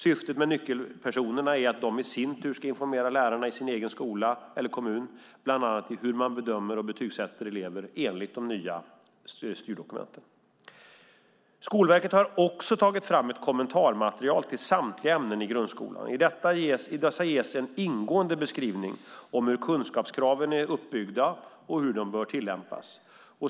Syftet med nyckelpersonerna är att de i sin tur ska informera lärarna i sin egen kommun eller skola, bland annat om hur man bedömer och betygssätter elever enligt de nya styrdokumenten. Skolverket har också tagit fram ett kommentarmaterial till samtliga ämnen i grundskolan. I detta ges en ingående beskrivning av hur kunskapskraven är uppbyggda och hur de bör tillämpas.